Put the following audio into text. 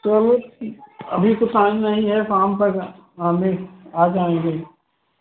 चलो ठीक अभी तो टाइम नहीं है शाम तक आने आ जाएँगे